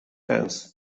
fans